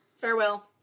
Farewell